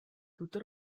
tuto